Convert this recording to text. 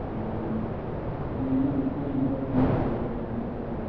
ꯑꯣ ꯑꯗꯨ ꯅꯣꯏꯒꯤ ꯄꯦꯟꯅꯕ ꯑꯗꯨꯝ ꯇꯧꯒꯦꯗ ꯌꯥꯅꯤ ꯑꯗꯨꯒꯤꯗꯤ